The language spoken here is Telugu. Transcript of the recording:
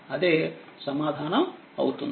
అదేసమాధానం అవుతుంది